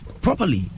Properly